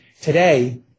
Today